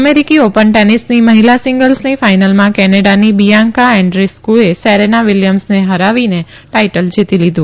અમેરીકી ઓપન ટેનીસની મહિલા સિંગલ્સ ફાઈનલમાં કેનેડાની લિઆન્કા એન્ડ્રીસ્કુએ સેરેના વિલિયમ્સને હરાવી ટાઈટલ જીતી લીધુ